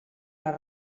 les